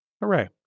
Hooray